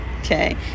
okay